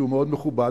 שהוא מאוד מכובד,